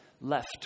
left